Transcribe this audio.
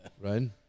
Right